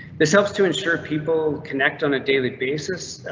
this helps to ensure people connect on a daily basis.